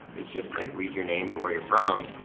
is just like read your name and where you're from.